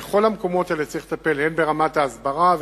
ובכל המקומות האלה צריך לטפל הן ברמת ההסברה,